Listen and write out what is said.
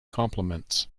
compliments